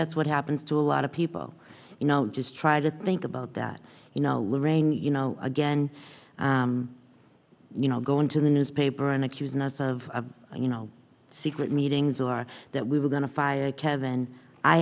that's what happens to a lot of people you know just try to think about that you know lorraine you know again you know going to the newspaper and accusing us of you know secret meetings or that we were going to fire kevin